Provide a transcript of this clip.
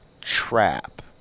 trap